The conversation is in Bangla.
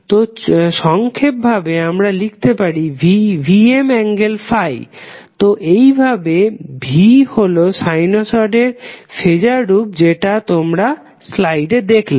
তো ছোটো ভাবে আমরা লিখতে পারি Vm∠∅ তো এইভাবে V হলো সাইনোসডের ফেজার রূপ যেটা তোমরা স্লাইডে দেখলে